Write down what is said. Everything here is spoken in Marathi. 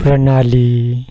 प्रणाली